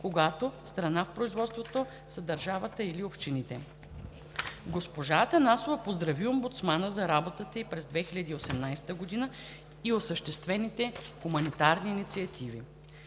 когато страна в производството са държавата и общините. Госпожа Атанасова поздрави омбудсмана за работата ѝ през 2018 г. и осъществените хуманитарни инициативи.